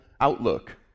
outlook